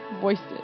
voices